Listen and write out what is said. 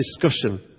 discussion